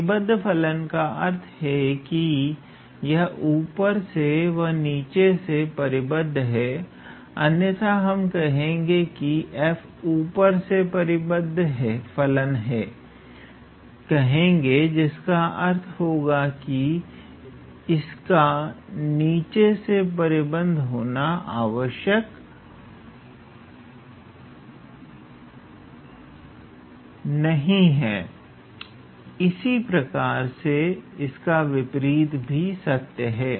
परिबद्ध फलन का अर्थ है कि यह ऊपर से व नीचे से परिबद्ध है अन्यथा हम f ऊपर से परिबद्ध फलन है कहेंगे जिसका अर्थ होगा इसका नीचे से परिबद्ध होना आवश्यक नहीं इसी प्रकार से इसका विपरीत भी सत्य है